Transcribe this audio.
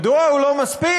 מדוע הוא לא מספיק?